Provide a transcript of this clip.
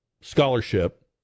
scholarship